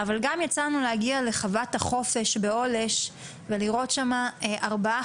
אבל גם יצא לנו להגיע לחוות החופש בעולש ולראות שם ארבעה